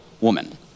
woman